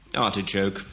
artichoke